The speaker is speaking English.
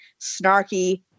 snarky